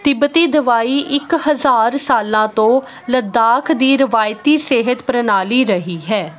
ਤਿੱਬਤੀ ਦਵਾਈ ਇੱਕ ਹਜ਼ਾਰ ਸਾਲਾਂ ਤੋਂ ਲੱਦਾਖ ਦੀ ਰਵਾਇਤੀ ਸਿਹਤ ਪ੍ਰਣਾਲੀ ਰਹੀ ਹੈ